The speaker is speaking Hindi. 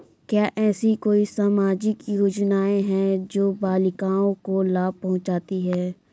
क्या ऐसी कोई सामाजिक योजनाएँ हैं जो बालिकाओं को लाभ पहुँचाती हैं?